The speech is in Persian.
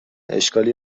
اشکالی